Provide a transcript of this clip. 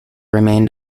remained